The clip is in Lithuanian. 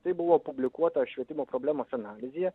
tai buvo publikuota švietimo problemų analizėje